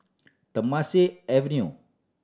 Temasek Avenue